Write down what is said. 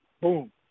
Boom